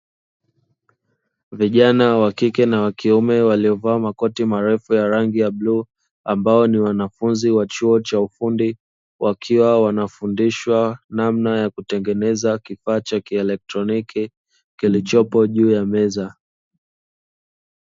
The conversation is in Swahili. Vijana wa kike na wa kiume waliovaa makoti marefu ya rangi ya buluu, ambao ni wanafunzi wa chuo cha ufundi wakiwa wanafundishwa namna ya kutengeneza kifaa cha kielektroniki, kilichopo juu ya meza.